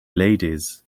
ladies